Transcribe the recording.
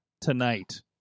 tonight